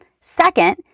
Second